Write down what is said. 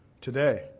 today